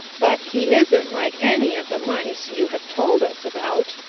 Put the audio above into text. but he isn't like any of the mice you have told us about,